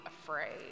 afraid